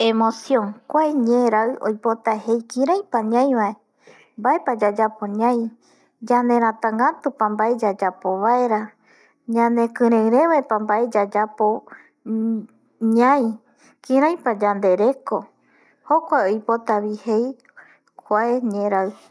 Emocion kua ñeraɨ oipota jei kiräipa ñaivae mbaepa yayapo ñai yanerätagätupa mbae yayapo vaera, ñanekirei revepa mbae yayapo ñai kiraipa yande reko jokua oipotavi jei kua ñeraɨ